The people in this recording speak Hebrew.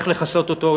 איך לכסות אותו,